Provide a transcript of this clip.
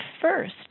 first